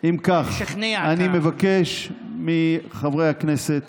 משכנע את, אני מבקש מחברי הכנסת